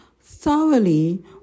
thoroughly